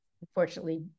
unfortunately